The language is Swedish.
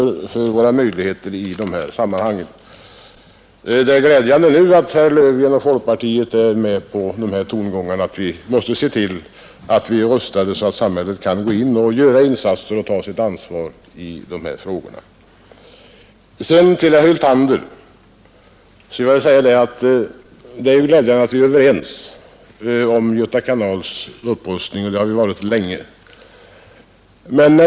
Det är däremot glädjande att herr Löfgren och folkpartiet nu håller med om att vi måste se till att vi är rustade så att samhället kan gå in och göra insatser och ta sitt ansvar i de här frågorna. Till herr Hyltander vill jag säga att det är glädjande att vi är överens om Göta kanals upprustning; det har vi varit länge.